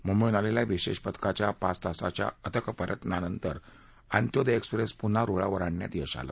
मुंबईहन आलेल्या विशेष पथकाच्या पाच तासाच्या अथक प्रयत्नानंतर अंत्योदय एक्सप्रेस पुन्हा रुळावर आणण्यात यश आलं